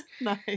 nice